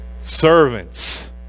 Servants